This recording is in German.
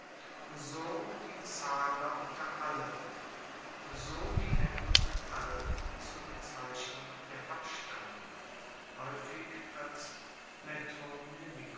so die zahlwoerter alle so die endung al zur bezeichnung der abstammung haeufig als